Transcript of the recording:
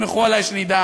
תסמכו עלי שנדע